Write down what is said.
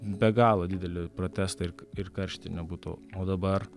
be galo dideli protestai ir ir karštinė būtų o dabar